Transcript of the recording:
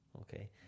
Okay